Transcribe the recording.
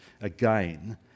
again